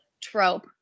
trope